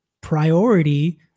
priority